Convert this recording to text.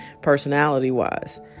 personality-wise